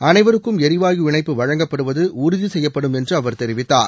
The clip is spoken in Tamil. அனைவருக்கும் எரிவாயு இணைப்பு வழங்கப்படுவது உறுதி செய்யப்படும் என்று அவர் தெரிவித்தார்